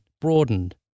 broadened